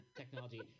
technology